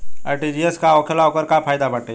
RTGS का होखेला और ओकर का फाइदा बाटे?